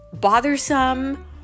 bothersome